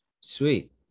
Sweet